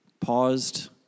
paused